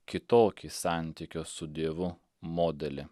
kitokį santykio su dievu modelį